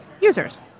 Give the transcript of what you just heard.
users